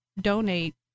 donate